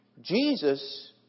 Jesus